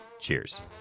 Cheers